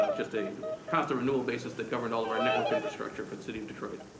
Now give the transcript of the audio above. um just a constant renewal basis that governed all of our network infrastructure for the city of detroit,